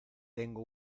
tengo